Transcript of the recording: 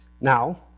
Now